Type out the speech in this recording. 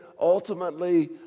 ultimately